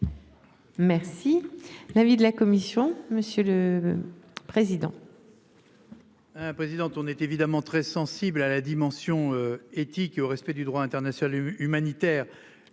Merci. L'avis de la commission. Monsieur le. Président. Président, on est évidemment très sensible à la dimension éthique et au respect du droit international humanitaire